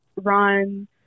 run